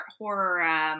horror